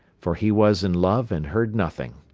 for he was in love and heard nothing.